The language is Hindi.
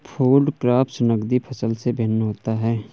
फूड क्रॉप्स नगदी फसल से भिन्न होता है